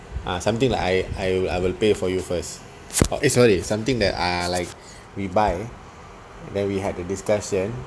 ah something like I I'll I will pay for you first eh sorry something that I like we buy then we have a discussion